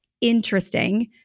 interesting